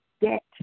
get